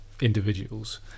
individuals